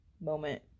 moment